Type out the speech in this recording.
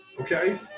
okay